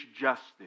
justice